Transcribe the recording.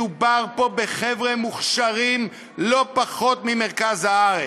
מדובר פה בחבר'ה מוכשרים לא פחות מבמרכז הארץ,